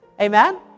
Amen